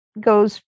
goes